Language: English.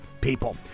people